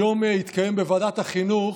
היום התקיים בוועדת החינוך,